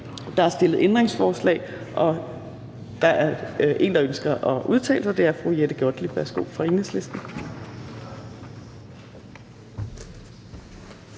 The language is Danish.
Der er stillet ændringsforslag, og der er en, der ønsker at udtale sig. Det er fru Jette Gottlieb fra Enhedslisten.